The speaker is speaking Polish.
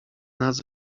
nas